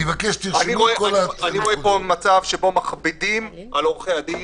אני רואה פה מצב שמכבידים על עורכי הדין,